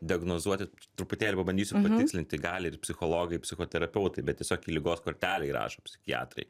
diagnozuoti truputėlį pabandysiu patikslinti gali ir psichologai ir psichoterapeutai bet tiesiog į ligos kortelę įrašo psichiatrai